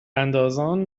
اندازان